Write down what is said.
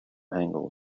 angle